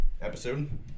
episode